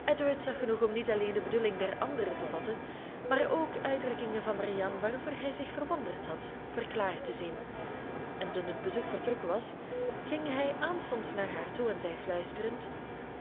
genoeg om niet alleen de bedoeling der anderen te vatten maar ook uitdrukkingen van marianne waarover hij zich verwonderd had verklaard te zien en toen het bezoek vertrokken was ging hij aanstonds naar haar toe en zei fluisterend